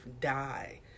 die